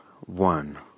one